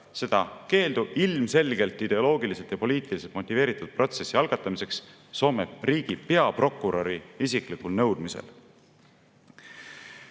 seda keeldu ilmselgelt ideoloogiliselt ja poliitiliselt motiveeritud protsessi algatamiseks Soome riigi peaprokuröri isiklikul nõudmisel.